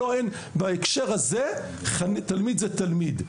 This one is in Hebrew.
בהקשר הזה תלמיד הוא תלמיד.